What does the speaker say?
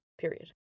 period